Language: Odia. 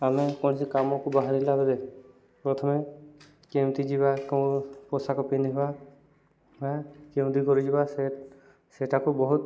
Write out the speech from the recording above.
ଆମେ କୌଣସି କାମକୁ ବାହାରିଲା ବେଲେ ପ୍ରଥମେ କେମିତି ଯିବା କେଉଁ ପୋଷାକ ପିନ୍ଧିବା ବା କେମିତି କରି ଯିବା ସେ ସେଟାକୁ ବହୁତ